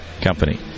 company